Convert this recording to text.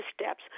steps